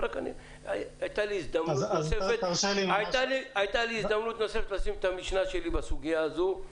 רק הייתה לי הזדמנות נוספת לשים את המשנה שלי בסוגיה זאת.